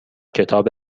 کتاب